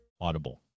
Audible